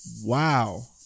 Wow